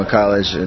college